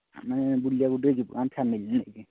ଆମେ ବୁଲିବାକୁ ଟିକିଏ ଯିବୁ ଆମ ଫ୍ୟାମିଲି ବୁଝିଲେ କି